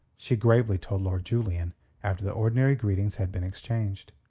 she gravely told lord julian after the ordinary greetings had been exchanged.